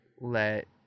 let